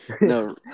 No